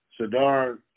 Sadar